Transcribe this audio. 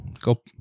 go